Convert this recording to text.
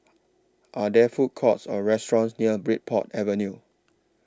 Are There Food Courts Or restaurants near Bridport Avenue